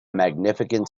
magnificent